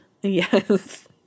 Yes